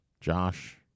Josh